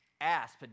asp